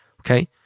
okay